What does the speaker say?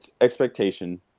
expectation